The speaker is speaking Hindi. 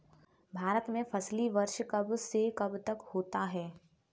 भारत में फसली वर्ष कब से कब तक होता है?